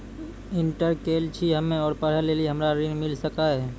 Inter केल छी हम्मे और पढ़े लेली हमरा ऋण मिल सकाई?